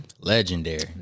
Legendary